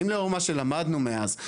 האם לאור מה שלמדנו מאז,